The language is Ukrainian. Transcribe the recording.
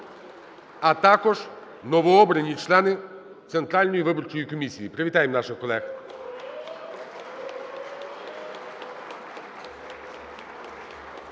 А також новообрані члени Центральної виборчої комісія. Привітаємо наших колег.